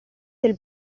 del